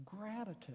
gratitude